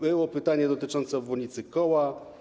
Było pytanie dotyczące obwodnicy Koła.